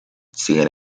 siguen